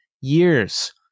years